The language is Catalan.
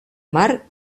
mar